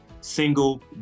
single